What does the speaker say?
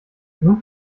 nun